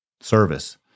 service